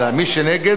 מי שנגד,